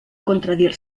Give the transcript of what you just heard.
contradir